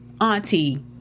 auntie